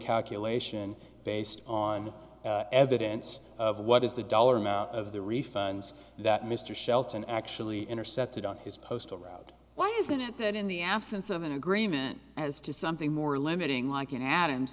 calculation based on evidence of what is the dollar amount of the refunds that mr shelton actually intercepted on his postal route why is it that in the absence of an agreement as to something more limiting like an ad